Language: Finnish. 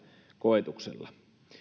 koetuksella